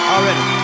Already